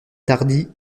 tardy